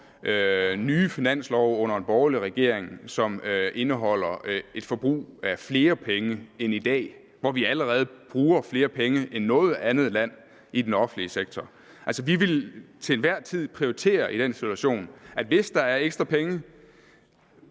nye finanslove under en borgerlig regering, som indeholdt et forbrug af flere penge end i dag, hvor vi allerede bruger flere penge i den offentlige sektor end noget andet land. Altså, vi ville i den situation til enhver tid prioritere,